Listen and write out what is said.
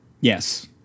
Yes